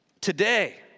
today